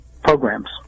programs